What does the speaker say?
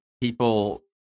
people